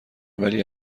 ولی